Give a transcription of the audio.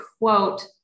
quote